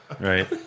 Right